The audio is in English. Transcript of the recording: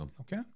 Okay